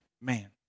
man